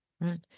right